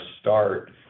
start